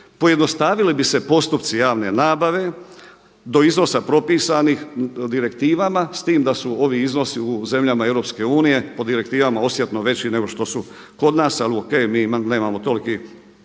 Pojednostavili bi se postupci javne nabave do iznosa propisanih direktivama s tim da su ovi iznosi u zemljama EU, po direktivama osjetno veći nego što su kod nas. Ali o.k. mi nemamo toliki